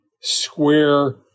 square